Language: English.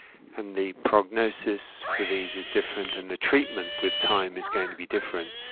and the prognosis for these is different, and the treatment with time is going to be different.